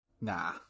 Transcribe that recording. Nah